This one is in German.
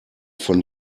von